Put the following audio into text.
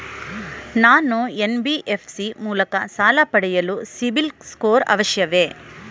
ನಾನು ಎನ್.ಬಿ.ಎಫ್.ಸಿ ಮೂಲಕ ಸಾಲ ಪಡೆಯಲು ಸಿಬಿಲ್ ಸ್ಕೋರ್ ಅವಶ್ಯವೇ?